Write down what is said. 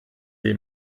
dei